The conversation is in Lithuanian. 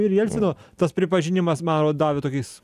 ir jelcino tas pripažinimas man atrodo davė tokį